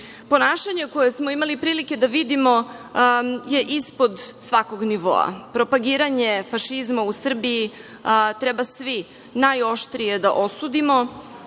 Ponašanje koje smo imali prilike da vidimo je ispod svakog nivoa. Propagiranje fašizma u Srbiji treba svi najoštrije da osudimo,